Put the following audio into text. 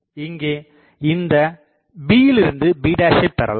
இங்கே இந்த bயிலிருந்து b பெறலாம்